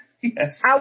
Yes